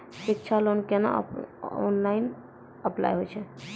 शिक्षा लोन केना online apply होय छै?